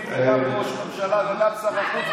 רק אתה כול-יכול.